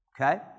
okay